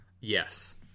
Yes